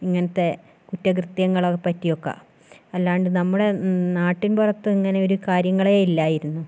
ഇങ്ങനത്തെ കുറ്റ കൃത്യങ്ങളെ പറ്റി ഒക്ക അല്ലാണ്ട് നമ്മുടെ നാട്ടിൻ പുറത്ത് ഇങ്ങനെ ഒരു കാര്യങ്ങളേ ഇല്ലായിരുന്നു